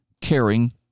caring